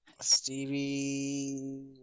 Stevie